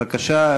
בבקשה.